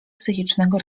psychicznego